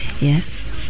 Yes